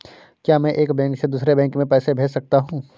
क्या मैं एक बैंक से दूसरे बैंक में पैसे भेज सकता हूँ?